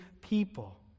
people